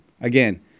again